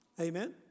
Amen